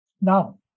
Now